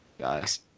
guys